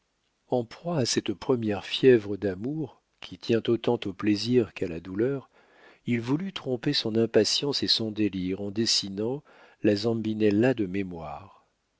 en proie à cette première fièvre d'amour qui tient autant au plaisir qu'à la douleur il voulut tromper son impatience et son délire en dessinant la zambinella de mémoire